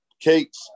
Cakes